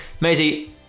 Maisie